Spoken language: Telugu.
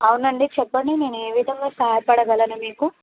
అవును అండి చెప్పండి నేను ఏ విధంగా సహాయపడగలను మీకు